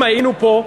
אם היינו פה,